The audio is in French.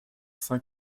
saint